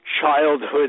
childhood